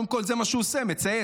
קודם כול, זה מה שהוא עושה, מצייץ.